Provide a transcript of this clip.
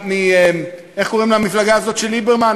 איך קוראים למפלגה הזאת של ליברמן,